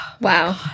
wow